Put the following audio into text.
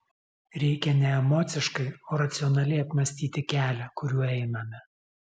reikia ne emociškai o racionaliai apmąstyti kelią kuriuo einame